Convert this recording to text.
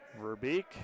Verbeek